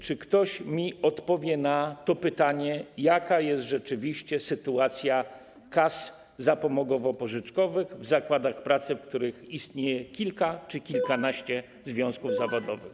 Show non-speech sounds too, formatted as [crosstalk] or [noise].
Czy ktoś mi odpowie na pytanie, jaka jest rzeczywiście sytuacja kas zapomogowo-pożyczkowych w zakładach pracy, w których istnieje kilka czy kilkanaście [noise] związków zawodowych?